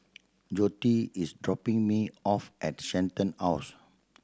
Joette is dropping me off at Shenton House